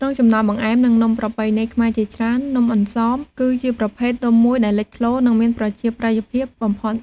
ក្នុងចំណោមបង្អែម និងនំប្រពៃណីខ្មែរជាច្រើន នំអន្សម គឺជាប្រភេទនំមួយដែលលេចធ្លោ និងមានប្រជាប្រិយភាពបំផុត។